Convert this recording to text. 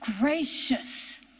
gracious